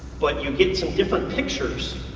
but you get some different pictures,